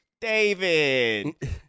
David